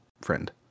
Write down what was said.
Friend